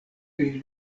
pri